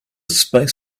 space